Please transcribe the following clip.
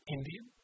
Indian